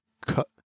cut